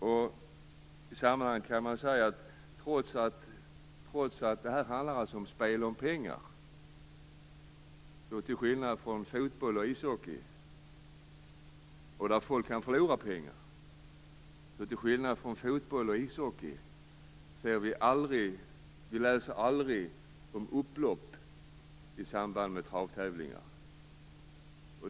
I det sammanhanget kan man säga att trots att det här handlar om spel om pengar, spel där folk kan förlora pengar, läser vi, till skillnad från när det gäller fotboll och ishockey, aldrig om upplopp i samband med travtävlingar.